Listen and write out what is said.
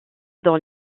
dont